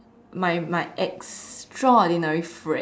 my my extraordinary friend